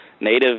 native